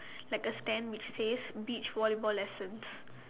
like a stand that says beach volleyball lessons